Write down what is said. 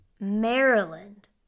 Maryland